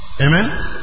Amen